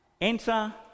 enter